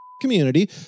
community